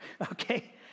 Okay